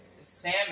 Sam